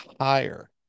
higher